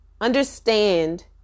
understand